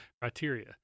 criteria